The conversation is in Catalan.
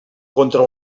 contra